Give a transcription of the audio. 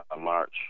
March